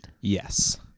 Yes